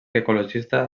ecologista